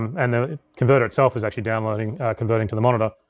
and the converter itself is actually downloading, converting to the monitor.